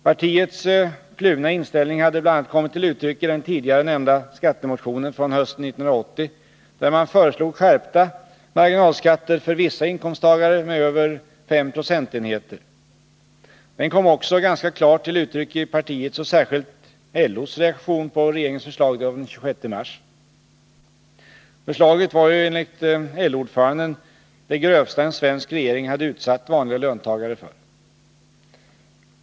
Partiets kluvna inställning hade bl.a. kommit till uttryck i den tidigare nämnda skattemotionen från hösten 1980, där man föreslog skärpta marginalskatter, för vissa inkomsttagare med över fem procentenheter. Den kom också ganska klart till uttryck i partiets, och särskilt LO:s, reaktion på regeringens förslag av den 26 mars. Förslaget var enligt LO-ordföranden ”det grövsta en svensk regering hade utsatt vanliga löntagare för”.